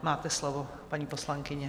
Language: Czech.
Máte slovo, paní poslankyně.